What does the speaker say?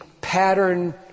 pattern